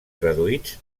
traduïts